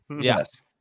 Yes